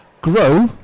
grow